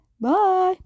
Bye